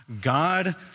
God